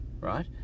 right